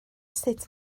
sut